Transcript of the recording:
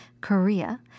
Korea